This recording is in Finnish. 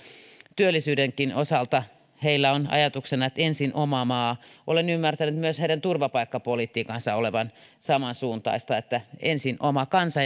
työllisyydenkin osalta heillä on ajatuksena että ensin oma maa olen ymmärtänyt myös heidän turvapaikkapolitiikkansa olevan samansuuntaista että ensin oma kansa